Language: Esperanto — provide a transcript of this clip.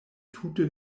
tute